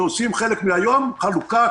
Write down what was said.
שבמשך חלק מן היום עושים חלוקה.